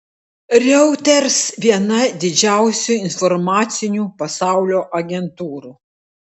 reuters viena didžiausių informacinių pasaulio agentūrų